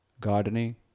gardening